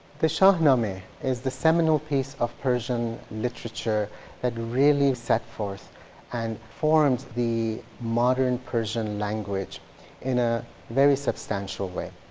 the shahnameh is the seminal piece of persian literature that really set forth and formed the modern persian language in a very substantial way.